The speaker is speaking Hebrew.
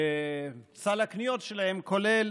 שסל הקניות שלהם כולל